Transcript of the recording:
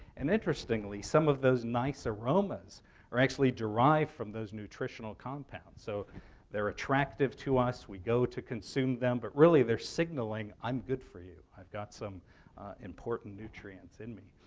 and interestingly, some of those nice aromas are actually derived from those nutritional compounds. so they're attractive to us. we go to consume them, but really, they're signaling, i'm good for you. i've got some important nutrients in me.